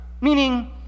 Meaning